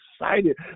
excited